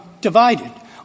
divided